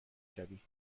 شوی